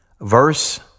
verse